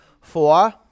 Four